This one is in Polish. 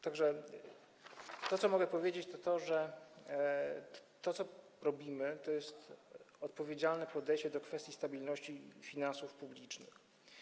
Tak że to, co mogę powiedzieć, to to, że to, co robimy, to jest odpowiedzialne podejście do kwestii stabilności finansów publicznych.